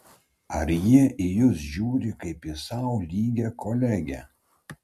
ar jie į jus žiūri kaip į sau lygią kolegę